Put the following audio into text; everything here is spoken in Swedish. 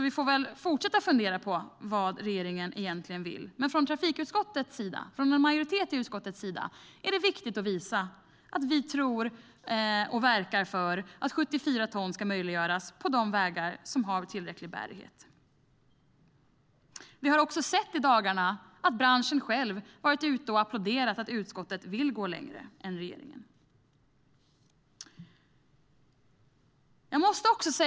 Vi får väl fortsätta att fundera på vad regeringen egentligen vill. Men från en majoritet i trafikutskottet är det viktigt att visa att vi tror och verkar för att 74 ton ska möjliggöras på de vägar som har tillräcklig bärighet. Vi har i dagarna sett att branschen själv varit ute och applåderat att utskottet vill gå längre än regeringen.